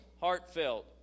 heartfelt